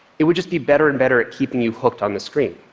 it would just be better and better at keeping you hooked on the screen.